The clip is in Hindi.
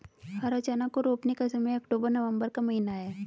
हरा चना को रोपने का समय अक्टूबर नवंबर का महीना है